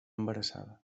embarassada